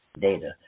data